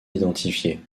identifié